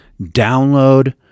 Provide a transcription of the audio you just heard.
Download